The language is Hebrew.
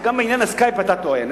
גם בעניין ה"סקייפ" אתה טועה.